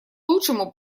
лучшему